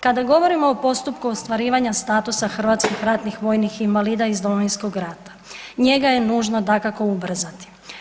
Kada govorimo o postupku ostvarivanja hrvatskih ratnih vojnih invalida iz Domovinskog rata, njega ne nužno dakako ubrzati.